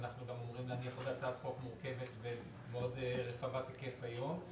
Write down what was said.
אנחנו גם אמורים להניח עוד הצעת חוק מורכבת ומאוד רחבת היקף היום.